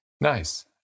Nice